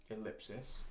ellipsis